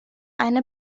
eine